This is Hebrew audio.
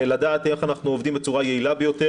לדעת איך אנחנו עובדים בצורה היעילה ביותר